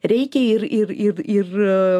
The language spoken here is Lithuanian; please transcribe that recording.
reikia ir ir ir ir